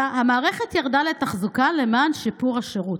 המערכת ירדה לתחזוקה למען שיפור השירות.